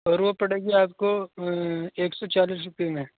اور وہ پڑے گی آپ کو ایک سو چالیس روپئے میں